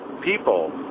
people